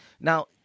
now